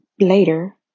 later